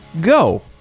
go